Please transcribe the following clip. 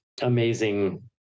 amazing